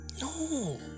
no